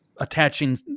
attaching